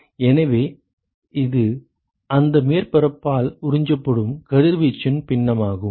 எனவே அது அந்த மேற்பரப்பால் உறிஞ்சப்படும் கதிர்வீச்சின் பின்னமாகும்